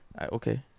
Okay